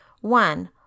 One